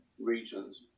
regions